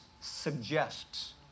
suggests